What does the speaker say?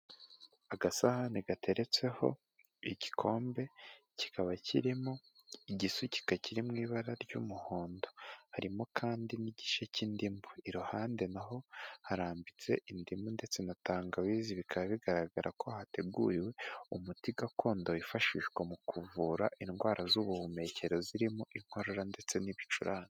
Agasahani gateretseho igikombe, kikaba kirimo igisukika kiri mu ibara ry'umuhondo harimo kandi n'igice cy'indimu, iruhande naho harambitse indimu ndetse na tangawizi bikaba bigaragara ko hateguriwe umuti gakondo wifashishwa mu kuvura indwara z'ubuhumekero zirimo inkorora ndetse n'ibicurane.